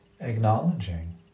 acknowledging